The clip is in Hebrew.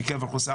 מראה שיש שינוי.